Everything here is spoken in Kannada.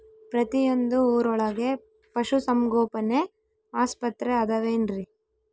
ಪ್ರತಿಯೊಂದು ಊರೊಳಗೆ ಪಶುಸಂಗೋಪನೆ ಆಸ್ಪತ್ರೆ ಅದವೇನ್ರಿ?